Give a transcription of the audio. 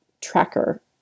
tracker